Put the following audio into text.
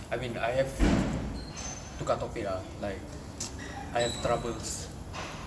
I mean I have tukar topik ah like I have troubles